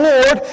Lord